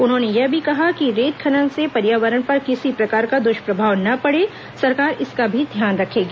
उन्होंने यह भी कहा कि रेत खनन से पर्यावरण पर किसी प्रकार का दृष्प्रभाव न पड़े सरकार इसका भी ध्यान रखेगी